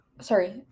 sorry